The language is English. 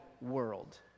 world